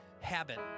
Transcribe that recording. habit